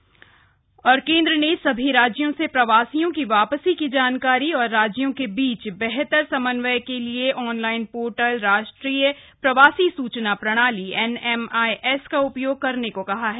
online portal केन्द्र ने सभी राज्यों से प्रवासियों की वापसी की जानकारी और राज्यों के बीच बेहतर समन्वय के लिये ऑनलाइन पोर्टल राष्ट्रीय प्रवासी सूचना प्रणाली एनएमआईएस का उपयोग करने को कहा है